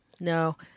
No